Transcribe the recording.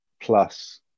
plus